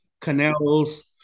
canals